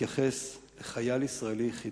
יש כאן פער מדהים בין התייחסות ה"חמאס" לחייל ישראלי יחידי